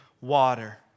water